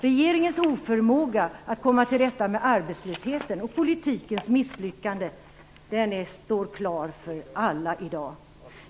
Regeringens oförmåga att komma till rätta med arbetslösheten och politikens misslyckande står klart för alla i dag.